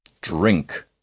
Drink